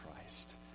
Christ